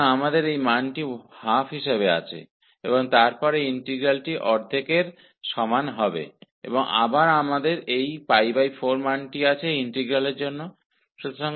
तो हमारे पास यह मान 12 है और फिर इस इंटीग्रल को 12 के बराबर रखते है और इससे इस इंटीग्रल का मान π4 मिलता है